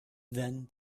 then